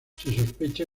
sospecha